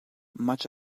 much